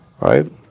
Right